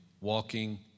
Walking